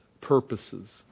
purposes